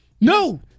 No